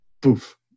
poof